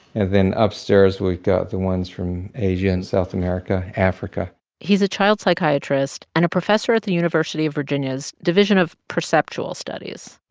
and then upstairs, we've got the ones from asia and south america, africa he's a child psychiatrist and a professor at the university of virginia's division of perceptual studies,